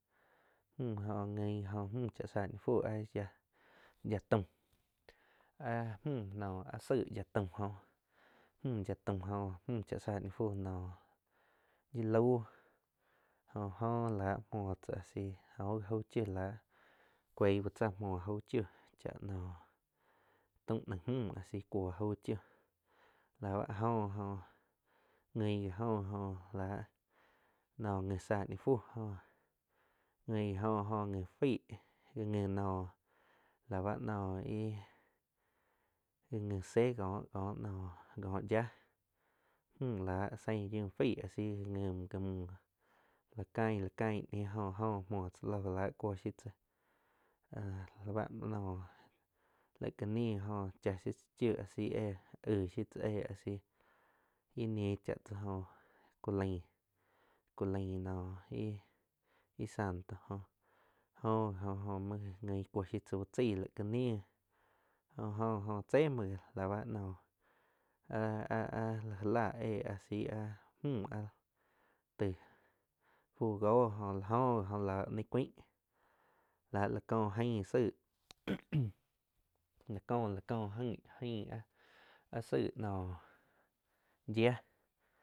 Mju cha sáh ni fu yia taum áh mju áh tzaih ya tuam jó mju ya taum jo mju cha sa ni fu naum yi lau jo-jo láh muoh tzá asi jo au chiu láh kueig uh tsá muo aug chiu cha nóh taum neig mju a si kou aug chiu la ba ajo lau guien gi jo lah nji sá ni fú guin ji jo la gui fai, ga nji nou la ba no íh ga gi se co-co no yia mla sein yiu fai asi gui ja mú la cain lacain ni jó la jo muho tsa lo la cuo shiu la báh noh lai ka ni jó ch shiu tzá chiu asi eh aig shiu tzá éh ah si í ni cha tsá jó ku lain no íh santo jo- oh ji oh ih cuo shiu tzá uh chai la ca nii jo-jo óh che muoh la bá no ha-ha la ja le eh áh si áh mju áh taig fu goh jo gi jo la naig cuaing la láh ko aing la ko aing áh tzaig no yiah.